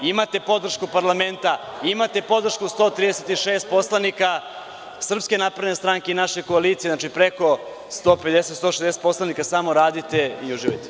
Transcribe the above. Imate podršku parlamenta, imate podršku 136 poslanika, SNS i naše koalicije, znači preko 150 – 160 poslanika, samo radite i uživajte.